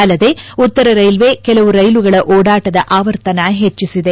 ಅಲ್ಲದೆ ಉತ್ತರ ರೈಲ್ವೆ ಕೆಲವು ರೈಲುಗಳ ಓಡಾಟ ಆವರ್ತನ ಹೆಜ್ವಿಸಿದೆ